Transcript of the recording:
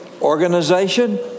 organization